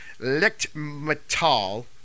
Lichtmetall